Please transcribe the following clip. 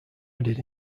added